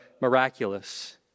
miraculous